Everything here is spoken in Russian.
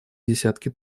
десятки